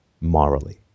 morally